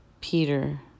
Peter